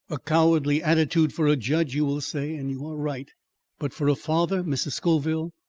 a cowardly attitude for a judge you will say, and you are right but for a father mrs. scoville,